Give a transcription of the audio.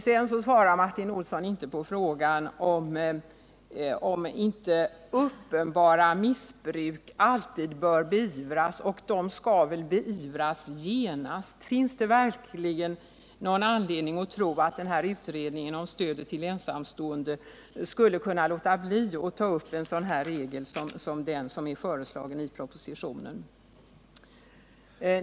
Vidare svarar Martin Olsson inte på frågan om inte uppenbara missbruk alltid bör beivras. Sådana skall väl ändå beivras genast. Finns det verkligen någon anledning att tro, att utredningen om stödet till ensamstående skulle kunna underlåta att ta upp en sådan regel, som den är utformad i propositionen?